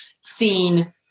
seen